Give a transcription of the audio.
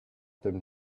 them